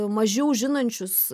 mažiau žinančius